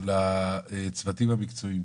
לצוותים המקצועיים,